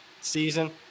season